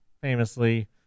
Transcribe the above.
famously